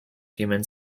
human